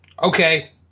okay